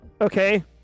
okay